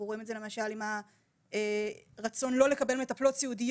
אנחנו רואים את זה למשל עם הרצון לא לקבל מטפלות סעודיות,